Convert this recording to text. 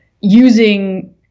using